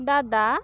ᱫᱟᱫᱟ